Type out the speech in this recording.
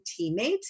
teammate